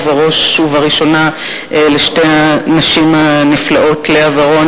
ובראש ובראשונה לשתי הנשים הנפלאות לאה ורון